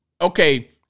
Okay